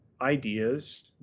ideas